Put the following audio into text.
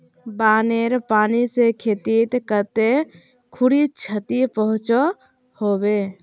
बानेर पानी से खेतीत कते खुरी क्षति पहुँचो होबे?